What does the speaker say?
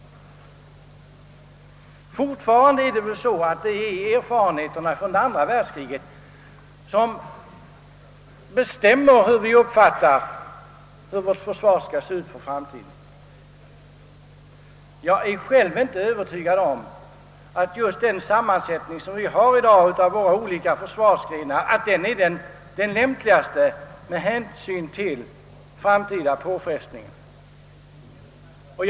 Fortfarande är det väl erfarenheterna från det andra världskriget som bestämmer vår uppfattning om hur vårt försvar skall se ut i framtiden. Jag är själv inte övertygad om att just den sammansättning som vi i dag har av de olika försvarsgrenarna är den lämpligaste för framtida påfrestningar.